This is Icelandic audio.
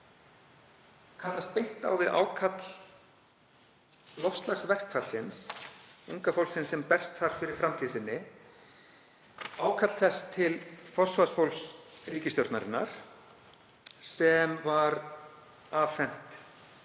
kallast beint á við ákall loftslagsverkfallsins, unga fólksins sem berst þar fyrir framtíð sinni, ákall þess til forsvarsfólks ríkisstjórnarinnar sem afhent